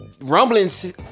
Rumblings